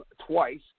twice